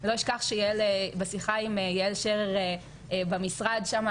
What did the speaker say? לא אשכח שבשיחה עם יעל שר במשרד שמה,